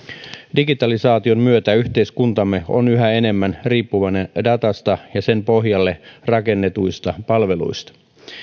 digitalisaation myötä yhteiskuntamme on yhä enemmän riippuvainen datasta ja sen pohjalle rakennetuista palveluista